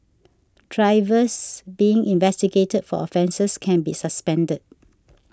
drivers being investigated for offences can be suspended